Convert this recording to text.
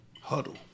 huddle